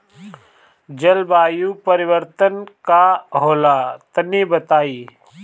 जलवायु परिवर्तन का होला तनी बताई?